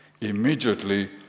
immediately